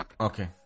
okay